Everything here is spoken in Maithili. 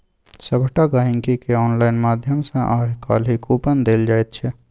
सभटा गहिंकीकेँ आनलाइन माध्यम सँ आय काल्हि कूपन देल जाइत छै